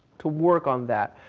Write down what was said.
to work on that.